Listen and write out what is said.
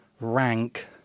rank